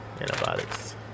antibiotics